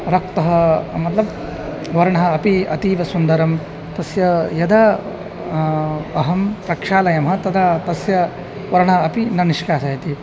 रक्तः मत्लब् वर्णः अपि अतीव सुन्दरं तस्य यदा अहं प्रक्षालयामः तदा तस्य वर्णः अपि न निष्कासयति